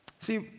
See